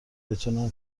بتونن